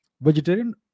vegetarian